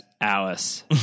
alice